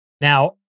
Now